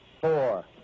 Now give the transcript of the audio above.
four